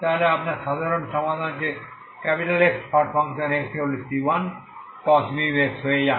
তাহলে এখন সাধারণ সমাধান Xxc1cos μx হয়ে যায়